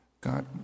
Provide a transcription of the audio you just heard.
God